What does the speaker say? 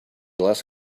less